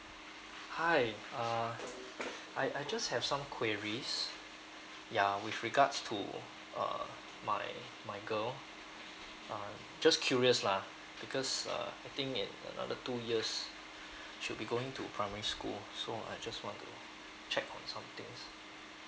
hi uh I I just have some queries ya with regards to uh my my girl uh just curious lah because uh I think in another two years she will be going to primary school so I just want to check on somethings